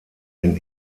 den